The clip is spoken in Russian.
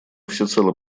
всецело